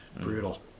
brutal